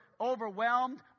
overwhelmed